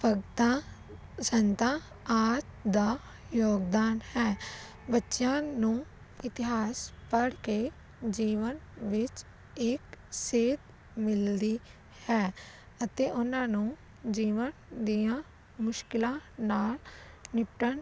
ਭਗਤਾਂ ਸੰਤਾਂ ਆਦਿ ਦਾ ਯੋਗਦਾਨ ਹੈ ਬੱਚਿਆਂ ਨੂੰ ਇਤਿਹਾਸ ਪੜ੍ਹ ਕੇ ਜੀਵਨ ਵਿੱਚ ਇੱਕ ਸੇਧ ਮਿਲਦੀ ਹੈ ਅਤੇ ਉਹਨਾਂ ਨੂੰ ਜੀਵਨ ਦੀਆਂ ਮੁਸ਼ਕਿਲਾਂ ਨਾਲ ਨਿਪਟਣ